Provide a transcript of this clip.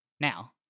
Now